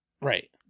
Right